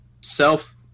Self